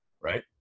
right